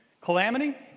Calamity